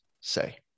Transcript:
say